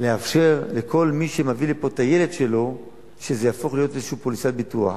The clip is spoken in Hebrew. לאפשר לכל מי שמביא לפה את הילד שזה יהפוך להיות לאיזו פוליסת ביטוח.